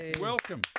Welcome